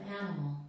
animal